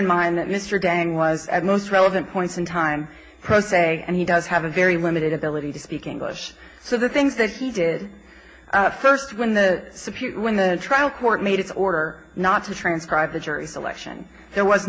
in mind that mr gang was at most relevant points in time pro se and he does have a very limited ability to speak english so the things that he did first when the subpoena when the trial court made its order not to transcribe the jury selection there was